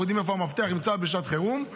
אנחנו יודעים איפה המפתח נמצא בשעת חירום.